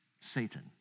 Satan